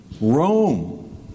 Rome